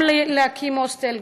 גם להקים הוסטל,